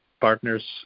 partners